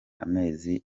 amezi